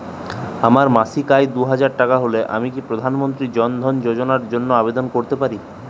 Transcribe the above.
আমার মাসিক আয় দুহাজার টাকা হলে আমি কি প্রধান মন্ত্রী জন ধন যোজনার জন্য আবেদন করতে পারি?